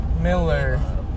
Miller